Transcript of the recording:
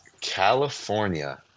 California